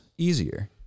easier